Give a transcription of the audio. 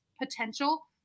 potential